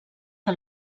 que